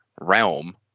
realm